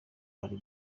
ari